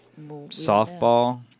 Softball